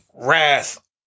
Wrath